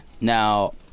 Now